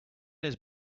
his